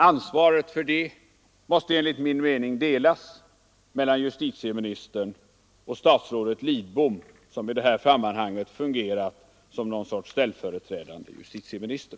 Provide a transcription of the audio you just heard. Ansvaret för det måste enligt min mening delas mellan justitieministern och statsrådet Lidbom som i det här sammanhanget fungerat som någon sorts ställföreträdande justitieminister.